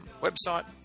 website